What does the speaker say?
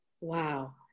wow